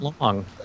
long